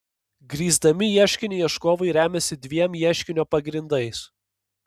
grįsdami ieškinį ieškovai remiasi dviem ieškinio pagrindais